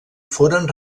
foren